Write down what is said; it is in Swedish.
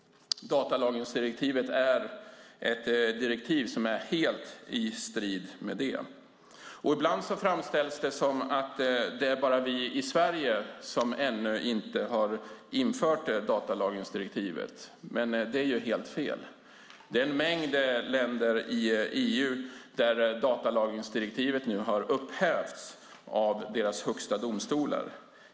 Datalagringsdirektivet är ett direktiv som är helt i strid med det. Ibland framställs det som att det bara är vi i Sverige som ännu inte har infört datalagringsdirektivet. Men det är helt fel. Det är en mängd länder i EU där datalagringsdirektivet nu har upphävts av deras högsta domstolar.